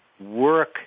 work